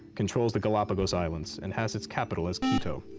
controls the galapagos islands, and has its capital as quito.